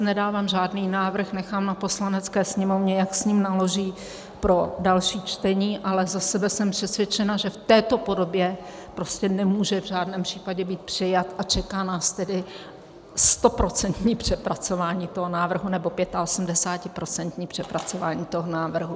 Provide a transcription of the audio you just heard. Nedávám žádný návrh, nechám tedy na Poslanecké sněmovně, jak s ním naloží pro další čtení, ale za sebe jsem přesvědčena, že v této podobě prostě nemůže v žádném případě být přijat, a čeká nás tedy stoprocentní přepracování toho návrhu, nebo 85procentní přepracování toho návrhu.